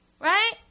right